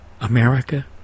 America